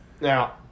now